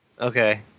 okay